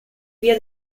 via